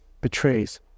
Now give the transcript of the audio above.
betrays